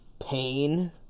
pain